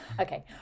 okay